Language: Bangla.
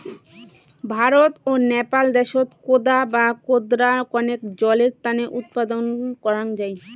ভারত ও নেপাল দ্যাশত কোদা বা কোদরা কণেক জলের তানে উৎপাদন করাং যাই